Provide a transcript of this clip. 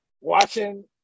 watching